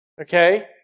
okay